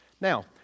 Now